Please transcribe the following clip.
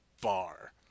bar